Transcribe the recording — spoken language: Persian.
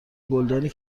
گلدانی